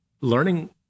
learning